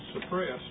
suppressed